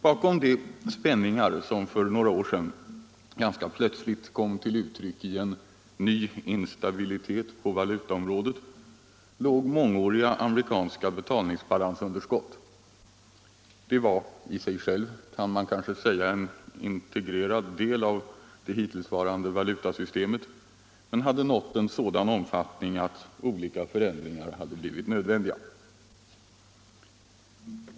Bakom de spänningar som för några år sedan ganska plötsligt kom till uttryck i en ny instabilitet på valutaområdet låg mångåriga amerikanska betalningsbalansunderskott. De var i sig själva, kan man säga, en integrerad del av det hittillsvarande valutasystemet, men de hade nått en sådan omfattning att olika förändringar hade blivit nödvändiga.